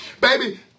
Baby